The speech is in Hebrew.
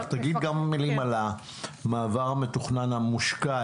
תגיד כמה מילים על המעבר המתוכנן המושקע.